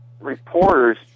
reporters